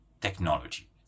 technology